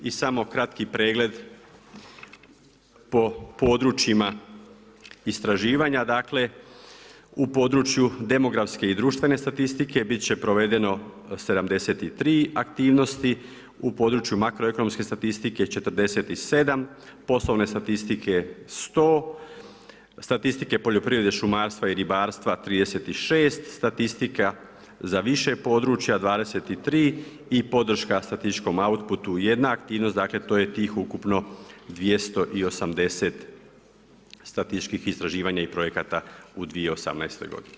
I samo kratki pregled po područjima istraživanja, dakle, u području demografske i društvene statistike bit će provedeno 73 aktivnosti, u području makroekonomske statistike 47, poslovne statistike 100, statistike poljoprivrede, šumarstva i ribarstva 36, statistika za više područja 23 i podrška statističkom outputu jedna aktivnost, dakle to je tih ukupno 280 statističkih istraživanja i projekata u 2018.